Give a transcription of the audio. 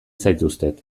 zaituztet